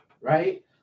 right